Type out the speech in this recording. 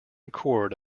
cord